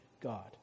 God